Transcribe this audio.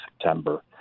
September